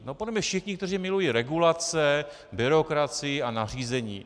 Podle mě všichni, kteří milují regulace, byrokracii a nařízení.